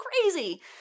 crazy